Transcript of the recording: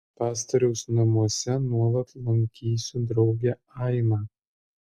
pastoriaus namuose nuolat lankysiu draugę ainą